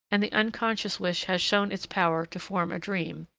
and the unconscious wish has shown its power to form a dream,